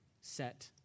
set